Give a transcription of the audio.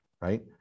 right